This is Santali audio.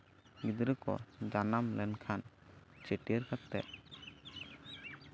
ᱜᱤᱫᱽᱨᱟᱹ ᱠᱚ ᱡᱟᱱᱟᱢ ᱞᱮᱱᱠᱷᱟᱱ ᱪᱷᱟᱹᱴᱭᱟᱹᱨ ᱠᱟᱛᱮᱫ